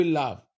love